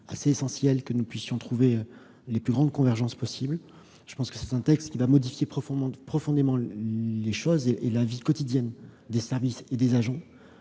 assez essentiel que nous puissions trouver les plus grandes convergences possible. Je pense qu'il va modifier profondément les choses et la vie quotidienne des services et des agents.